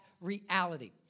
reality